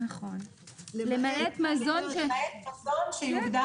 למעט מזון שיקבע